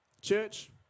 church